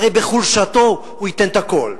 הרי בחולשתו הוא ייתן את הכול.